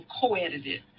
co-edited